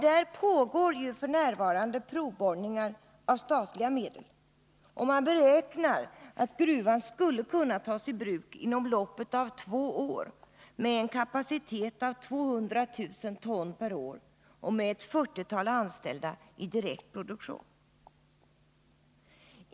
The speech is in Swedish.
Där pågår f. n. provborrningar med statliga medel, och man beräknar att gruvan skulle kunna tas i bruk inom loppet av två år med en kapacitet av 200 000 ton per år och med ett 40-tal anställda i direkt produktion.